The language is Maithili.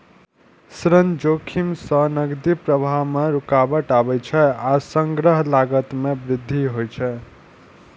ऋण जोखिम सं नकदी प्रवाह मे रुकावट आबै छै आ संग्रहक लागत मे वृद्धि होइ छै